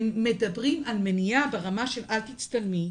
הם מדברים על מניעה ברמה של, אל תצטלמי,